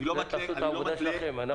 אני לא התליתי דבר.